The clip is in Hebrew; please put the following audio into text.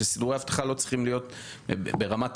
שסידורי אבטחה לא צריכים להיות ברמת